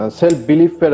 self-belief